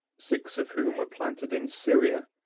six of whom were planted in syria,